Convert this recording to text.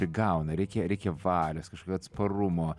prigauna reikia reikia valios kažkokio atsparumo